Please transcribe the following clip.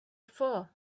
for